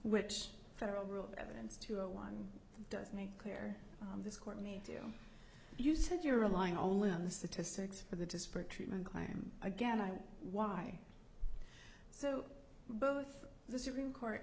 which federal rule of evidence to one does make clear this court may do you said you're relying only on the statistics for the disparate treatment climb again i why so both the supreme court